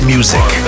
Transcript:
Music